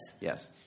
Yes